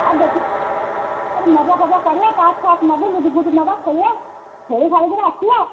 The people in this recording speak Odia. ଆଃ ମଜା ଫଜା କରିବା ତାସ୍ ଫାସ୍ ନେବୁ ଲୁଡ଼ୁ ଫୁଡ଼ୁ ନବା ଖେଳିବା ଖେଳି ସାରିକରି ଆସିବା